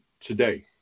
today